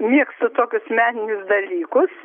mėgstu tokius meninius dalykus